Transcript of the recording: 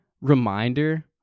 reminder